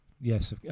Yes